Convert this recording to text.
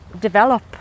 develop